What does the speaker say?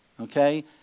Okay